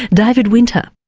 david winter.